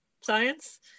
science